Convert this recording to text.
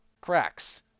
cracks